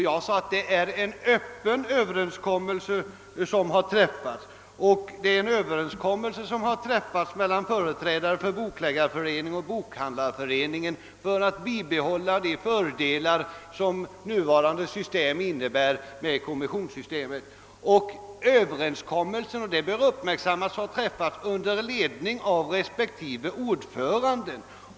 Jag sade att det är en öppen överenskommelse som har träffats mellan företrädare för Bokförläggareföreningen och Bokhandlareföreningen för att bibehålla de fördelar som nuvarande kommissionssystem innebär. Det bör uppmärksammas att överenskommelsen har träffats under ledning av respektive ordförande.